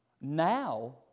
now